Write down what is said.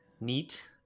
neat